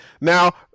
Now